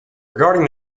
regarding